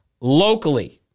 locally